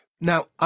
Now